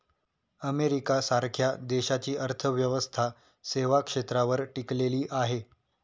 America सारख्या देशाची अर्थव्यवस्था सेवा क्षेत्रावर टिकलेली आहे